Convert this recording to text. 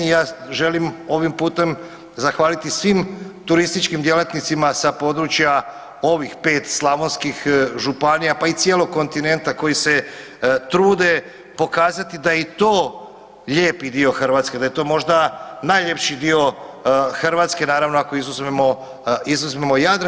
I ja želim ovim putem zahvaliti svim turističkim djelatnicima sa područja ovih 5 slavonskih županija pa i cijelog kontinenta koji se trude pokazati da je i to lijepi dio Hrvatske, da je to možda najljepši dio Hrvatske naravno ako izuzmemo, izuzmemo Jadran.